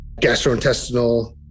Gastrointestinal